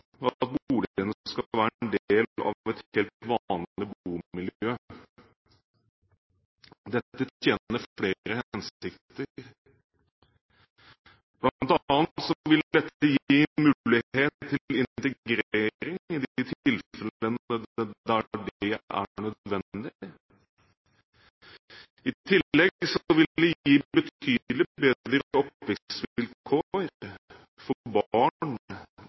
skal være en del av et helt vanlig bomiljø. Dette tjener flere hensikter. Blant annet vil dette gi mulighet til integrering i de tilfeller der det er nødvendig. I tillegg vil det gi betydelig bedre oppvekstvilkår for